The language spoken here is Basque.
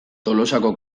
tolosako